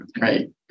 Right